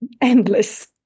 endless